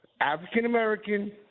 African-American